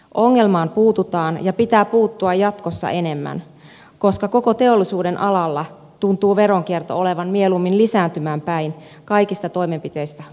ongelmaan puututaan ja pitää puuttua jatkossa enemmän koska koko teollisuudenalalla tuntuu veronkierto olevan mieluummin lisääntymään päin kaikista toimenpiteistä huolimatta